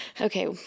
Okay